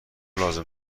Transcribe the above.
لازم